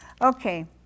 Okay